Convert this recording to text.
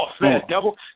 devil